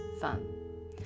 fun